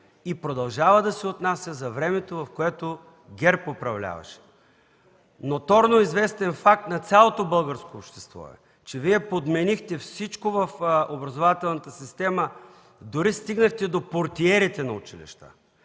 и продължава да се отнася за времето, в което ГЕРБ управляваше. Ноторно известен факт на цялото българско общество е, че Вие подменихте всичко в образователната система, дори стигнахте до портиерите на училищата.